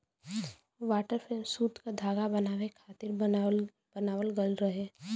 water frame सूत क धागा बनावे खातिर बनावल गइल रहे